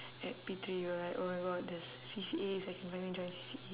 at P three you are like oh my god there's C_C_As I can finally join C_C_A